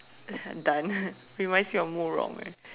it's like done reminds me of Murong eh